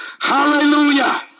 hallelujah